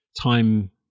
time